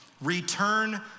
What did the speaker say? Return